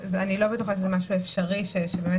אני לא בטוחה שזה משהו שהוא אפשרי שבאמת